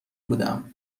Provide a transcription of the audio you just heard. بودم